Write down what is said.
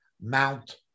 Mount